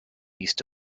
east